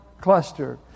Cluster